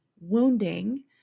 wounding